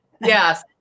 yes